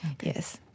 yes